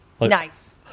Nice